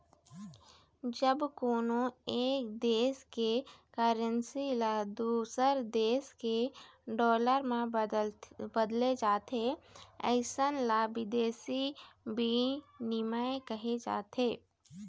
जब कोनो एक देस के करेंसी ल दूसर देस के डॉलर म बदले जाथे अइसन ल बिदेसी बिनिमय कहे जाथे